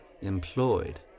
employed